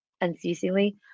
unceasingly